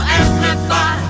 amplify